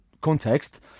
context